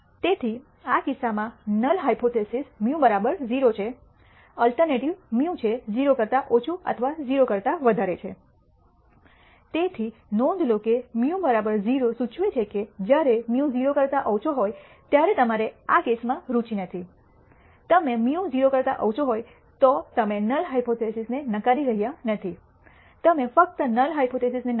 તેથી આ કિસ્સામાં નલ હાયપોથીસિસ μ 0 છે અને અલ્ટરનેટિવ μ છે 0 કરતા ઓછું અથવા 0 કરતા વધારે છે તેથી નોંધ લો કે μ 0 સૂચવે છે કે જ્યારે μ 0 કરતા ઓછો હોય ત્યારે તમારે આ કેસમાં રુચિ નથી તમે μ 0 કરતા ઓછા હોય તો તમે નલ હાયપોથીસિસને નકારી રહ્યા નથી તમે ફક્ત નલ હાયપોથીસિસને નકારી રહ્યા છો